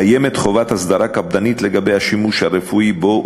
קיימת חובת אסדרה קפדנית לגבי השימוש הרפואי בו,